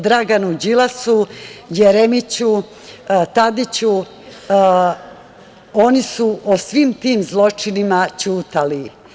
Dragan Đilas, Jeremić, Tadić, oni su o svim tim zločinima ćutali.